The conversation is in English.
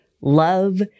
love